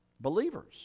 Believers